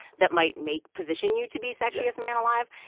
that might make position you to be sexiest man alive.